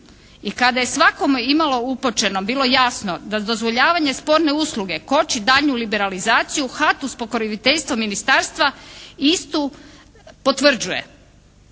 I kada je svakome imalo upućenom bilo jasno da dozvoljavanje sporne usluge koči daljnju liberalizaciju HT uz pokroviteljstvo ministarstva istu potvrđuje?